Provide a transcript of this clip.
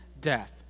death